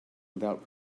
without